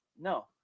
No